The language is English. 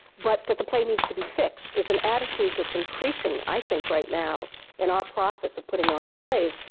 but that the play needs to be fixed is an attitude that's increasing, i think, right now in our process of putting on plays,